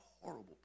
horrible